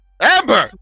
Amber